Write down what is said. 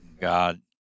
God